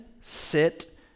sit